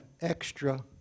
extra